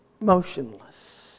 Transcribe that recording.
motionless